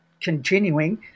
continuing